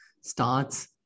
starts